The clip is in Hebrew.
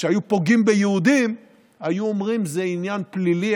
כשהיו פוגעים ביהודים היו אומרים: זה עניין פלילי,